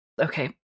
Okay